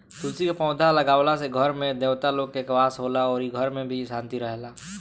तुलसी के पौधा लागावला से घर में देवता लोग के वास होला अउरी घर में भी शांति रहेला